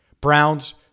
Browns